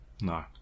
No